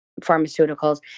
pharmaceuticals